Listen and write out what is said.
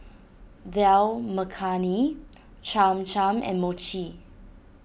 Dal Makhani Cham Cham and Mochi